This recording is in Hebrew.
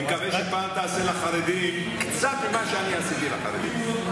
אני מקווה שפעם תעשה לחרדים קצת ממה שאני עשיתי לחרדים.